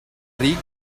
ric